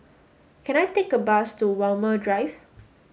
can I take a bus to Walmer Drive